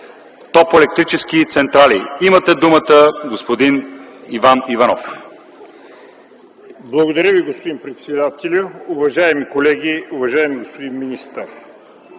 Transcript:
топлоелектрически централи. Имате думата, господин Иванов. ИВАН ИВАНОВ (СК): Благодаря Ви, господин председател. Уважаеми колеги, уважаеми господин министър!